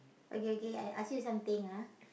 okay okay okay I asked you something ah